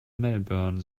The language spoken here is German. melbourne